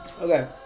Okay